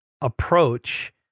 approach